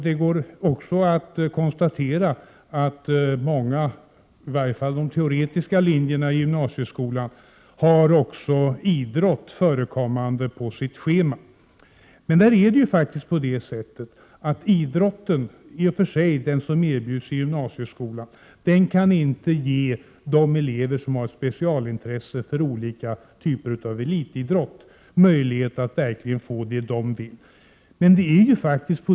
Man kan också konstatera att många linjer, i varje fall de teoretiska linjerna i gymnasieskolan, också har idrott på sitt schema. Men den idrott som erbjuds i gymnasieskolan kan inte ge de elever som har ett specialintresse för någon typ av elitidrott möjlighet att verkligen få det de vill ha.